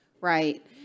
Right